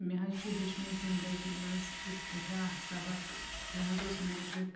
مےٚ حظ چھُ ہیٚوچھمُت زِندٕگی منٛز یِتھ کٲٹھۍ اَکھ سبق مےٚ حظ اوس میٹرک